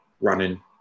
running